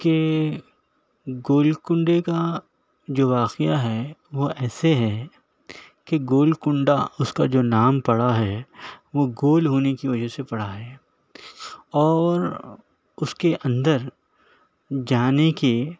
کہ گول کونڈے کا جو واقعہ ہے وہ ایسے ہے کہ گول کونڈا اس کا جو نام پڑا ہے وہ گول ہونے کی وجہ سے پڑا ہے اور اس کے اندر جانے کے